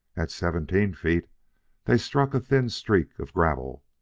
at seventeen feet they struck a thin streak of gravel,